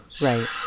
Right